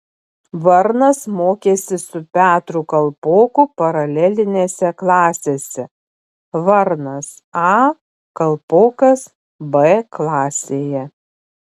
varnas mokėsi su petru kalpoku paralelinėse klasėse varnas a kalpokas b klasėje